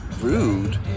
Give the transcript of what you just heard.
rude